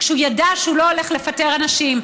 כשהוא ידע שהוא לא הולך לפטר אנשים.